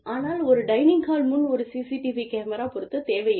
ஆனால் ஒரு dining hall முன் ஒரு சிசிடிவி கேமரா பொறுத்த தேவையில்லை